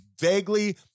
vaguely